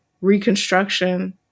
reconstruction